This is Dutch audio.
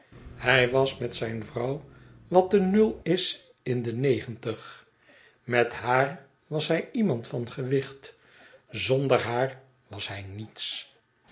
hij was met zijn vrouw wat de is in de negentig met haar was hij iemand van gewicht zonder haar was hij niets